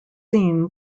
seen